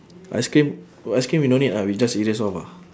ice cream oh ice cream we no need lah we just erase off ah